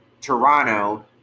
Toronto